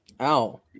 Ow